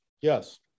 Yes